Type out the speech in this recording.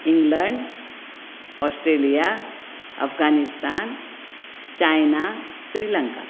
England Australia Afghanistan China Sri Lanka